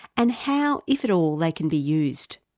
and how if at all, they can be used.